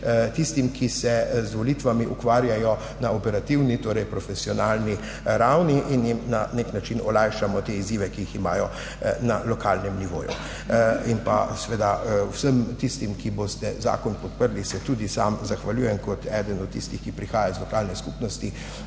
tistim, ki se z volitvami ukvarjajo na operativni, torej profesionalni ravni, in jim na nek način olajšamo te izzive, ki jih imajo na lokalnem nivoju. Vsem tistim, ki boste zakon podprli, se tudi sam zahvaljujem kot eden od tistih, ki prihajajo iz lokalne skupnosti,